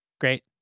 Great